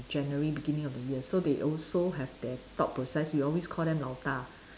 January beginning of the year so they also have their thought process we always call them 老大